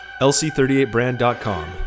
LC38brand.com